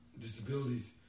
disabilities